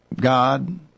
God